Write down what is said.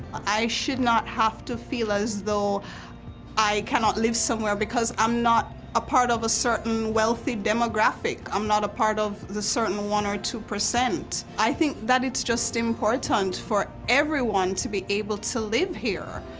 i should not have to feel as though i cannot live somewhere because i'm not ah part of a certain wealthy demographic. i'm not a part of the certain one or two. i i think that it's just important for everyone to be able to live here.